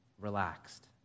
relaxed